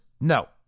No